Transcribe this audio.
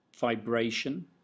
vibration